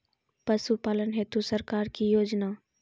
पशुपालन हेतु सरकार की योजना?